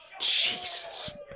Jesus